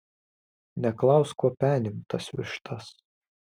neklausk kuo penim tas vištas